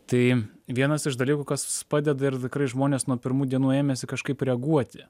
tai vienas iš dalykų kas padeda ir tikrai žmonės nuo pirmų dienų ėmėsi kažkaip reaguoti